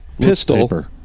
pistol